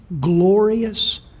glorious